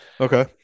Okay